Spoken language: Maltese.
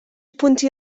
punti